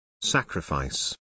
Sacrifice